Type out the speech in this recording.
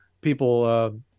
people